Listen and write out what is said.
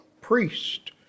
priest